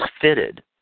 fitted